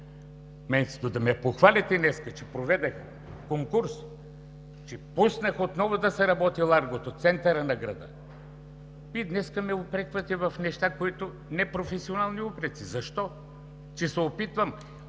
Вместо да ме похвалите днес, че проведох конкурс, че пуснах отново да се работи Ларгото – центърът на града, Вие днес ме упреквате в неща – непрофесионални упреци, защо?! – Че се опитвам...